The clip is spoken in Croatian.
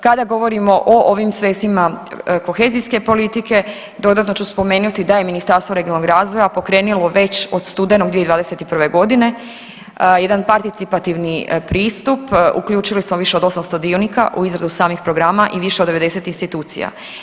Kada govorimo o ovim sredstvima kohezijske politike dodatno ću spomenuti da je Ministarstvo regionalnog razvoja pokrenulo već od studenog 2021.g. jedan participativni pristup uključili smo više od 800 dionika u izradu samih programa i više od 90 institucija.